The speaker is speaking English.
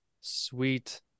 sweet